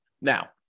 Now